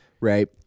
Right